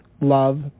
love